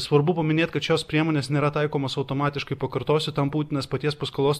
svarbu paminėt kad šios priemonės nėra taikomos automatiškai pakartosiu tam būtinas paties paskolos